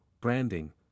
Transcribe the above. branding